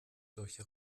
solche